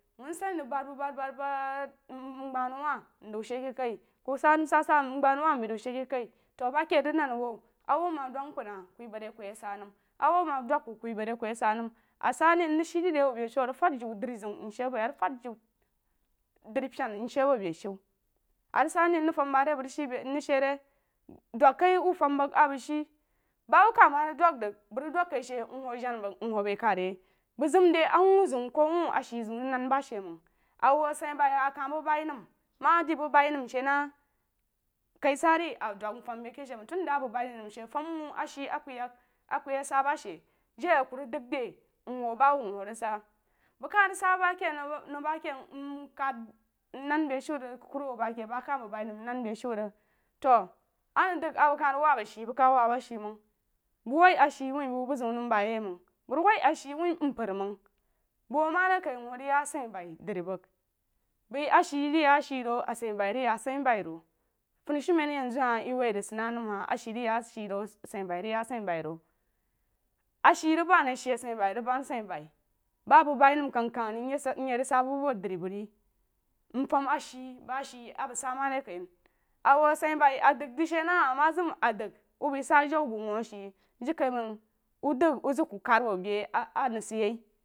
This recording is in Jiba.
Wuu nsani rig ban bu ban ban nghah nou wah nzaw rig shíí ke kai ku sa məm sa sa sa righah nou wah nzan rig shíí ke kai to ba ke ríg nan a wuh a whu ma dəg mpər wuh ku ye barí a ku yak sa nəm a sa neí nrig shíí de re bo ɓeí shu a ríg fad jiu drizəun mshii bo yi beshu a rig kiu drípying nshii a bo bei shu a rig sa ne mrig fam ba bəg re bəg shịị re bəg rig shíí be shu ba wab kah ma ríg dəg ríg bəg rig dəg kai she nwou jana bəg nwou bəi kad ye bəg zam di ku wuu zeun ku wuu ashei zeun rig dan ba she məng awou a shí bəi a ka bəg bəi məg ma a de məg bəi məm she na kai sa ri a dəg nfam be ke she məng ri ton da a bəg bəi nəm she na fam wuu a sheí a ku yak a ku ye sa ba she jei a ku rig dəg di nwou ba wum wou rig sa bəg ka nəg nəg ma ke mkad mnan be shu rig kukuruwu ba ke ba ka bəg bəí nam mnəm be shu rig to a nəg dəg a nəg rig wob ashe məg ka wob ashe məng bəg wai a she woui bu bəg bu zeun nəm ba ye məng bəg rig waí ashe woui mpər məg bəg hou ma re kai nhou rig ya a suh bəí dri bəg baí she ríg ya a she ro a sai bai ríg ya a sai bai ro funshumen a jenzu hahi ye waí ríg sid nam hahi a she rig ya she ro a sai bai rig ya asai boí ro a she rig ban si she a sai bai rig ban a sai bai ba bəg bai nəm kəng kəg ri asa nyei rig sa bu a bu dri bəg re nfum a she bəg she a bəg sa mari kai a wu a sai bai a dəg rig she na ama zəg dəg wou bei sa jau bəg wuu a she jirikaiməng wou dəg wou zəg ku kad bo bewa nan sad ye